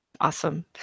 Awesome